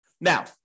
Now